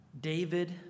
David